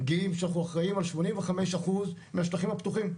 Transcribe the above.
גאים שאנחנו אחראים על שמונים וחמש אחוז מהשטחים הפתוחים,